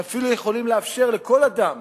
שאפילו יכולים לאפשר לכל אדם